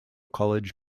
college